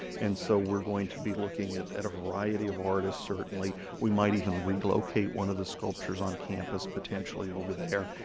and so we're going to be looking at at a variety of artists certainly. we might even relocate one of the sculptures on campus potentially over there,